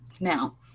now